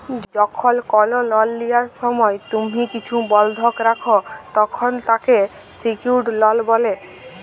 যখল কল লল লিয়ার সময় তুম্হি কিছু বল্ধক রাখ, তখল তাকে সিকিউরড লল ব্যলে